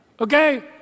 Okay